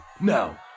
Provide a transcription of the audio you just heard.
Now